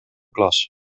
klas